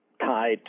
tied